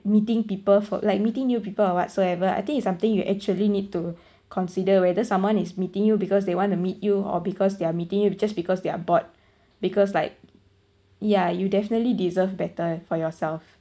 meeting people for like meeting new people or whatsoever I think it's something you actually need to consider whether someone is meeting you because they wanna meet you or because they're meeting you just because they're bored because like yeah you definitely deserve better for yourself